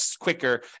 quicker